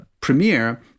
premiere